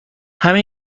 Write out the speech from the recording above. همه